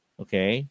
okay